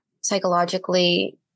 psychologically